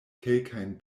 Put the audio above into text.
kelkajn